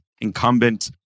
incumbent